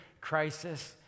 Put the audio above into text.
crisis